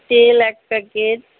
তেল এক প্যাকেট